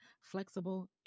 flexible